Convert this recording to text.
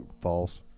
false